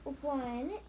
one